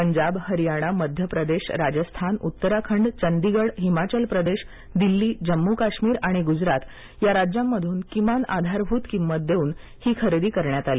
पंजाब हरियाना मध्य प्रदेश राजस्थान उत्तराखंड चंडीगड हिमाचल प्रदेश दिल्ली जम्मू काश्मीर आणि गुजरात या राज्यांमधून किमान आधारभूत किंमत देऊन ही खरेदी करण्यात आली